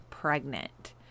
Pregnant